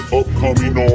upcoming